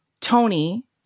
Tony